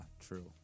true